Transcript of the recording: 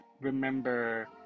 remember